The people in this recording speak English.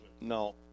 No